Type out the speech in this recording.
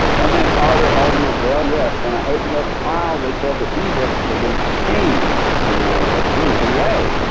and then are there alternate? well yes. when i opened up the file it said that these records had been scanned. and i was like oh, hurray.